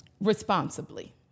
responsibly